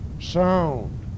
sound